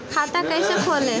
खाता कैसे खोले?